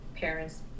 parents